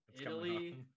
italy